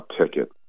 ticket